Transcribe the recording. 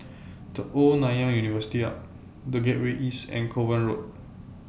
The Old Nanyang University Arch The Gateway East and Kovan Road